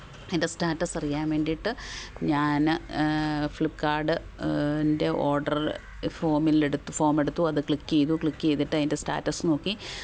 അതിന്റെ സ്റ്റാറ്റസ് അറിയാന് വേണ്ടിയിട്ട് ഞാൻ ഫ്ലിപ്പ്ക്കാർട്ട് ന്റെ ഓർഡറിൽ ഫോമിലെടുത്ത് ഫോം എടുത്തു അത് ക്ലിക്ക് ചെയ്തു ക്ലിക്ക് ചെയ്തിട്ട് അതിന്റെ സ്റ്റാറ്റസ് നോക്കി